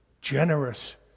generous